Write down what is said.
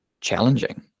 challenging